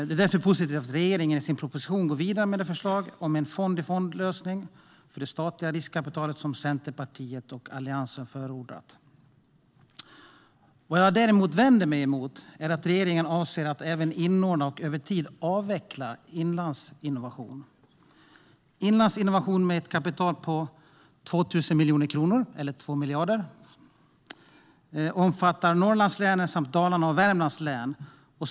Det är därför positivt att regeringen i sin proposition går vidare med det förslag om en fond-i-fond-lösning för det statliga riskkapitalet som Centerpartiet och Alliansen har förordat. Vad jag vänder mig mot är att regeringen avser att även inordna och över tid avveckla Inlandsinnovation. Inlandsinnovation, med ett kapital på 2 000 miljoner kronor, eller 2 miljarder, omfattar Norrlandslänen samt Dalarnas och Värmlands län.